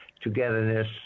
togetherness